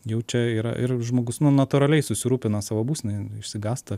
jau čia yra ir žmogus nu natūraliai susirūpina savo būsena ir išsigąsta